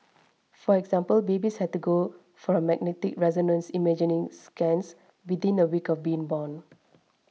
for example babies had to go for a magnetic resonance imaging scans within a week of being born